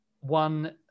One